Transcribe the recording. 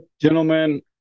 gentlemen